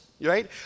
right